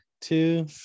two